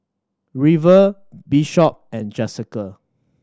River Bishop and Jesica